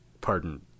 pardon